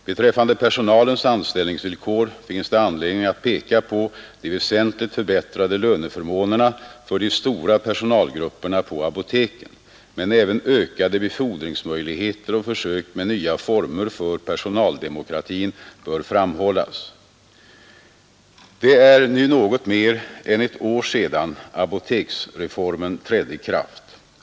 Beträffande personalens anställningsvillkor finns det anledning att peka på de väsentligt förbättrade löneförmånerna för de stora personalgrupperna på apoteken, men även ökade befordringsmöjligheter och försök med nya former för personaldemokratin bör framhållas. Det är nu något mer än ett år sedan apoteksreformen trädde i kraft.